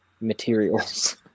materials